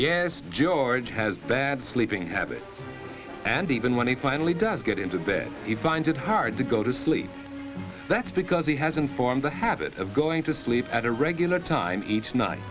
yes george has bad sleeping habits and even when he finally does get into bed he finds it hard to go to sleep that's because he hasn't formed the habit of going to sleep at a regular time each night